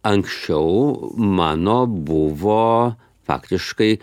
anksčiau mano buvo faktiškai